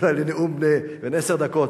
אולי לנאום בן עשר דקות.